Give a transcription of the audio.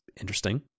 interesting